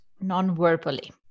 non-verbally